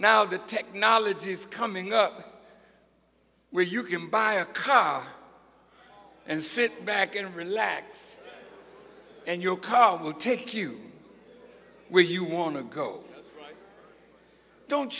now the technology is coming up where you can buy a car and sit back and relax and your car will take you where you want to go don't